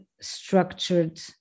structured